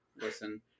listen